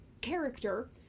character